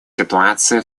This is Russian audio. ситуация